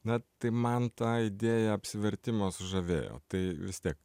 na tai man tai deja apsivertimas žavėjo tai vis tiek